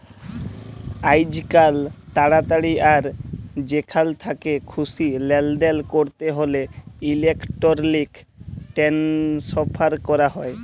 আইজকাল তাড়াতাড়ি আর যেখাল থ্যাকে খুশি লেলদেল ক্যরতে হ্যলে ইলেকটরলিক টেনেসফার ক্যরা হয়